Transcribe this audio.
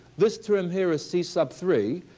this term here is c sub three.